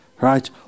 right